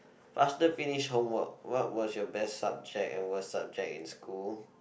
faster finish homework what was your best subject and worst subject in school